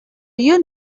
you